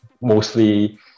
mostly